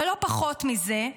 אבל לא פחות מזה,